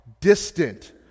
distant